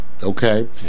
Okay